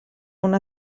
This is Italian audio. una